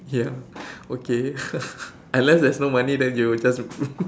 ya okay unless there's no money then you will just